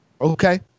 Okay